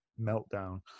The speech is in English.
meltdown